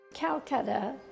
Calcutta